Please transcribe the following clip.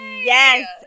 Yes